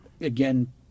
Again